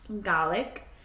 garlic